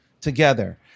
together